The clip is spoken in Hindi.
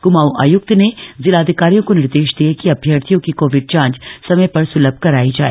क्माऊं आयुक्त ने जिलाधिकारियों को निर्देश दिये कि अभ्यर्थियों की कोविड जांच समय पर सुलभ कराई जाए